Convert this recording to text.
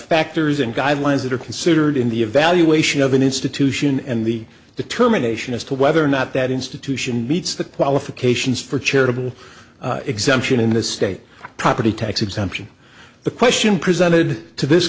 factors and guidelines that are considered in the evaluation of an institution and the determination as to whether or not that institution meets the qualifications for charitable exemption in the state property tax exemption the question presented to this